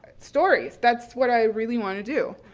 stories, that's what i really want to do.